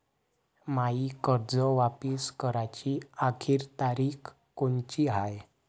मायी कर्ज वापिस कराची आखरी तारीख कोनची हाय?